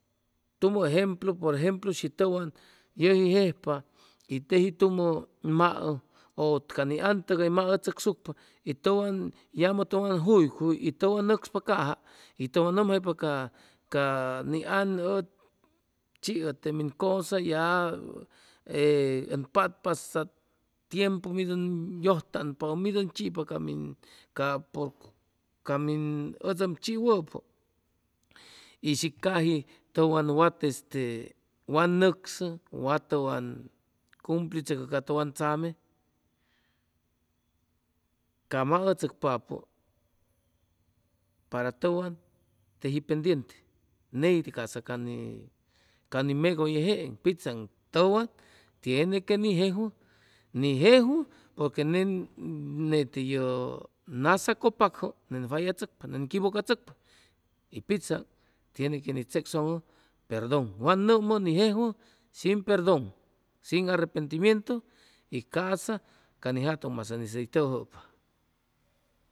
Tumʉ ejemplo por ejemplo shi tʉwan yʉji jejpa y teji tumʉ maʉ ʉ ca ni an tʉgay maʉchʉcsucpa y tʉwan yamʉ tʉwan juycuy y tʉwan nʉcspa caja y tʉwan nʉmjaypa ca ca ni an ʉd chiʉ te min cʉsa ya ee ʉn patpa tiempu mid ʉn yʉjpa ʉ mid ʉn chipa ca min ʉd ʉm chiwʉpʉ y shi caji tʉwan wat este wa nʉcsʉ wa ʉwan cumplichʉcʉ ca tʉwan tzame ca maʉchʉcpapʉ para tʉwan teji pendiente ney ca'sa ca ney ca ni megʉye jeeŋ pitzaŋ tʉwan tiene que ni jejwʉ ni jejwʉ porque nen nete ye naz acʉpakjʉ nen fayachʉcpa nen quivʉcachʉcpa y pitzaŋ tien que ni checchʉŋʉ perdon wa nʉmʉ ni jejwʉ shin perdon sin arrepentimientu y ca'sa ca ni jatʉn masaŋ'is hʉy tʉjʉpa